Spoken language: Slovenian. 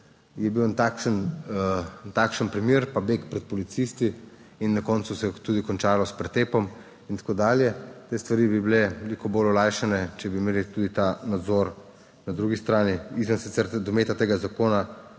je bil en takšen primer, beg pred policisti. Na koncu se je tudi končalo s pretepom in tako dalje. Te stvari bi bile olajšane, če bi imeli tudi ta nadzor na drugi strani, sicer izven dometa tega zakona,